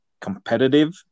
competitive